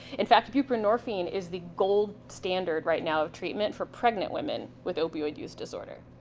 in fact, buprenorphine is the gold standard right now of treatment for pregnant women with opioid use disorder.